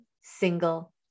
single